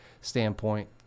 standpoint